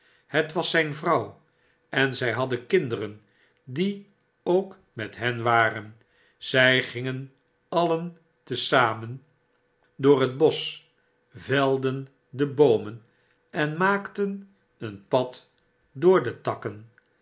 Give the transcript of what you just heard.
het was zijn vrouw en zij hadden kinderen die ook met hen waren zij gingen alien te zamen door het bosch velden de boomen en maakten een pad door de takken